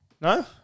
No